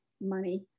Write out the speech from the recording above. money